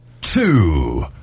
two